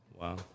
Wow